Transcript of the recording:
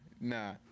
nah